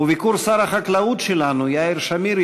וביקור שר החקלאות שלנו יאיר שמיר,